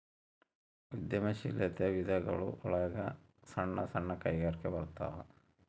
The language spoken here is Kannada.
ಉದ್ಯಮ ಶೀಲಾತೆಯ ವಿಧಗಳು ಒಳಗ ಸಣ್ಣ ಸಣ್ಣ ಕೈಗಾರಿಕೆ ಬರತಾವ